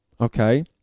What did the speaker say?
okay